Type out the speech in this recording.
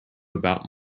about